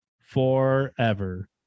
Forever